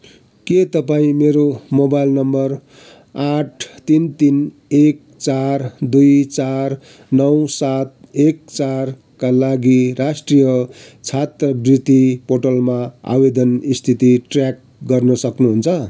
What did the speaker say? के तपाईँँ मेरो मोबाइल नम्बर आठ तिन तिन एक चार दुई चार नौ सात एक चारका लागि राष्ट्रिय छात्रवृत्ति पोर्टलमा आवेदन स्थिति ट्र्याक गर्न सक्नुहुन्छ